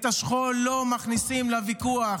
את השכול לא מכניסים לוויכוח.